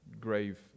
grave